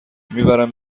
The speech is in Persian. میبرم